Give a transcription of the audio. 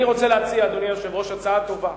אני רוצה להציע, אדוני היושב-ראש, הצעה טובה,